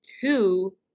two